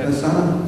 כן.